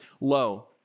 low